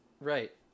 Right